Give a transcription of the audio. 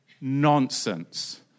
nonsense